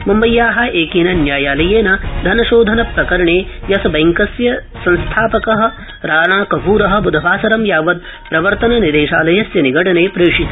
मुम्बय्या एकेन न्यायालयेन धनशोधनप्रकरणे यसबैंकस्य संस्थापक राणा कप्र बृधवासरं यावत् प्रवर्तननिदेशालयस्य निगडने प्रेषित